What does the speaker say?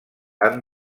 han